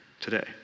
today